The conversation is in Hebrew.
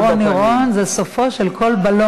לא, זה "לא נורא, רוני רון, זה סופו של כל בלון".